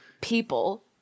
people